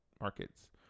markets